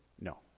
No